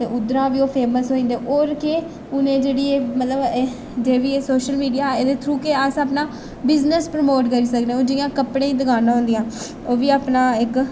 ते उद्धरा बी ओह् फेमस होई जंदे होर केह् हून एह् जेहड़ी एह् मतलब एह् जे बी एह् सोशल मीडिया ऐ एह्दे थ्रू गै अस अपना बिजनस प्रमोट करी सकनें हून जि'यां कपड़ें दी दकानां होंदियां ओह् बी अपना इक